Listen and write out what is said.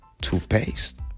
toothpaste